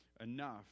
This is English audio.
enough